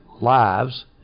lives